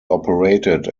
operated